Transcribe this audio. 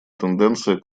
тенденция